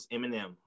Eminem